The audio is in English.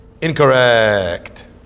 incorrect